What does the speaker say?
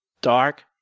dark